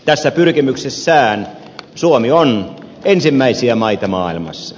tässä pyrkimyksessään suomi on ensimmäisiä maita maailmassa